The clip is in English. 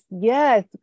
Yes